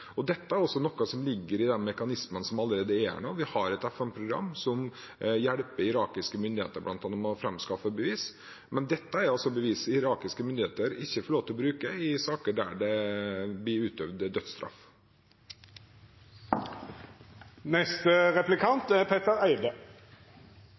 måte. Dette er også noe som ligger i de mekanismene som allerede er der. Vi har et FN-program som hjelper irakiske myndigheter, bl.a. med å framskaffe bevis. Men dette er altså bevis irakiske myndigheter ikke får lov til å bruke i saker der det blir utøvd dødsstraff.